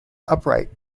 upright